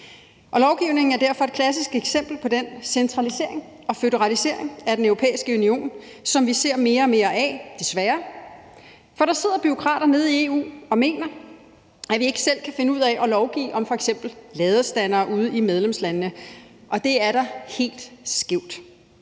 og lovgivningen er derfor et klassisk eksempel på den centralisering og føderalisering af Den Europæiske Union, som vi desværre ser mere og mere af. For der sidder bureaukrater nede i EU, som mener, at vi ikke selv kan finde ud af at lovgive om f.eks. ladestandere ude i medlemslandene, og det er da helt skævt.